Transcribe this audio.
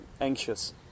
anxious